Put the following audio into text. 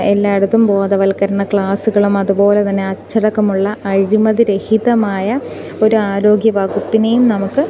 എല്ലായിടത്തും ബോധവത്കരണ ക്ലാസ്സുകളും അതുപോലെതന്നെ അച്ചടക്കമുള്ള അഴിമതി രഹിതമായ ഒരു ആരോഗ്യവകുപ്പിനെയും നമുക്ക്